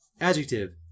Adjective